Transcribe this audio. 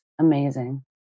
amazing